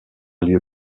lieu